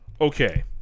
Okay